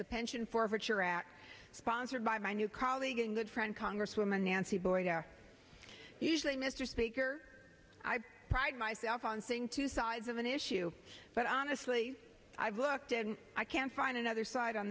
the pension forfeiture at sponsored by my new colleague and good friend congresswoman nancy boy usually mr speaker i pride myself on seeing two sides of an issue but honestly i've looked at i can't find another side on